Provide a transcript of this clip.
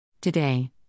Today